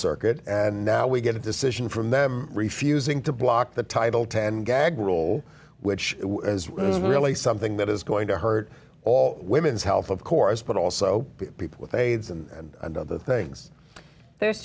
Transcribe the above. circuit and now we get a decision from them refusing to block the title ten gag rule which is really something that is going to hurt all women's health of course but also people with aids and and other things there's